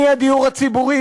מהדיור הציבורי,